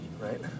right